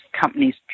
companies